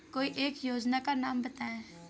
कोई एक योजना का नाम बताएँ?